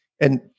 And-